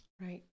right